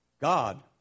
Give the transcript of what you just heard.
God